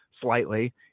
slightly